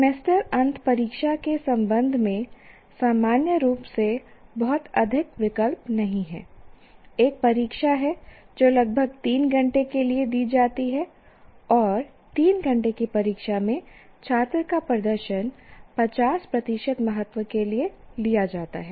semester अंत परीक्षा के संबंध में सामान्य रूप से बहुत अधिक विकल्प नहीं है एक परीक्षा है जो लगभग 3 घंटे के लिए दी जाती है और 3 घंटे की परीक्षा में छात्र का प्रदर्शन 50 प्रतिशत महत्व के लिए लिया जाता है